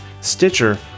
Stitcher